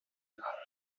out